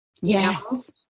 Yes